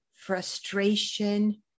frustration